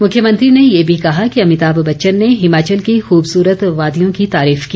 मुख्यमंत्री ने ये भी कहा कि अभिताभ बच्चन ने हिमाचल की खूबसूरत वादियों की तारीफ की